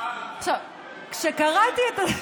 כשקראתי את,